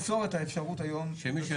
אני מבין שהרפורמה הזו באה מבית היוצר של שר